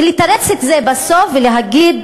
ולתרץ את זה בסוף ולהגיד: